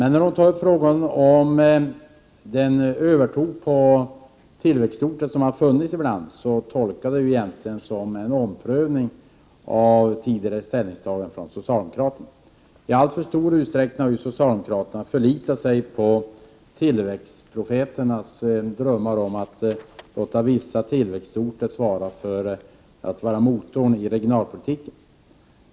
När hon tar upp frågan om den övertro på tillväxtorter som ibland har funnits, tolkar jag det som en omprövning av tidigare socialdemokratiska ställningstaganden. I alltför stor utsträckning har ju socialdemokraterna förlitat sig på tillväxtprofeternas drömmar om att låta vissa tillväxtorter ta ansvar för att vara motor i regionalpolitiken.